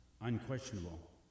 unquestionable